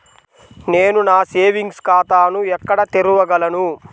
నేను సేవింగ్స్ ఖాతాను ఎక్కడ తెరవగలను?